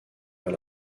vers